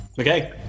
Okay